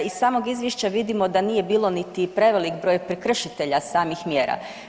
Iz samog izvješća vidimo da nije bilo niti prevelik broj prekršitelja samih mjera.